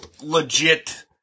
legit